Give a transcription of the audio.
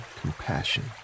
compassion